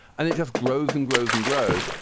and it just grows and grows and grows.